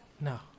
No